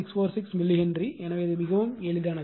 646 millihenry எனவே இது மிகவும் எளிது